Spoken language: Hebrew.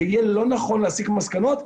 זה יהיה לא נכון להסיק מסקנות.